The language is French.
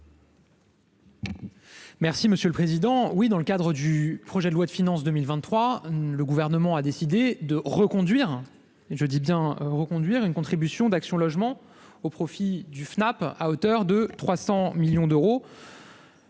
Merci monsieur le président, oui, dans le cadre du projet de loi de finances 2023, le gouvernement a décidé de reconduire, je dis bien reconduire une contribution d'Action Logement au profit du FNAP à hauteur de 300 millions d'euros.